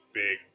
big